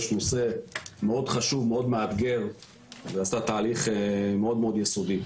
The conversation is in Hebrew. חשוב מאוד ומאתגר מאוד ועשתה תהליך יסודי מאוד.